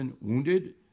wounded